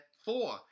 Four